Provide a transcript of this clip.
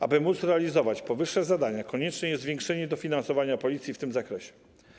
Aby móc realizować powyższe zadania, konieczne jest zwiększenie dofinansowania Policji w tym zakresie.